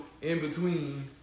in-between